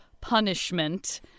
punishment